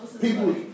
people